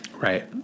right